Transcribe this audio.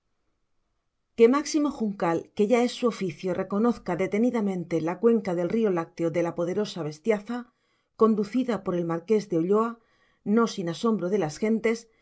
que máximo juncal ya que es su oficio reconozca detenidamente la cuenca del río lácteo de la poderosa bestiaza conducida por el marqués de ulloa no sin asombro de las gentes